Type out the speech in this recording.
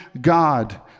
God